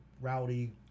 rowdy